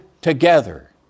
together